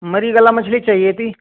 مری گلا مچھلی چاہیے تھی